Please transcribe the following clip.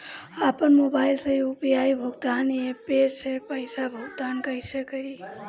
आपन मोबाइल से यू.पी.आई भुगतान ऐपसे पईसा भुगतान कइसे करि?